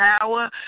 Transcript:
power